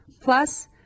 plus